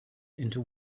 into